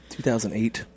2008